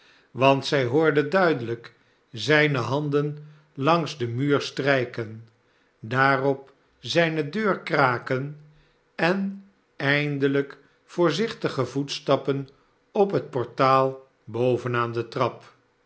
want zij hoorde duidelijk zijne handen langs den muur strijken daarop zijne deur kraken en eindelijk voorzichtige voetstappen op het portaal boven aan de trap